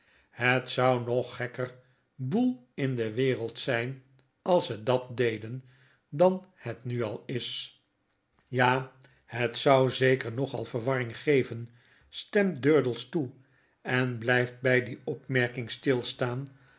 het zou nog gekker boel in dewereldzyn als ze dat deden dan het nu al is ja het zou zeker nogal verwarring geven stemt durdels toe en blijft by die opmerking stiistaan